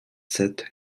sept